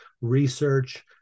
research